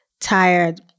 Tired